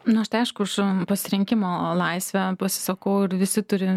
nu aš tai aišku už pasirinkimo laisvę pasisakau ir visi turi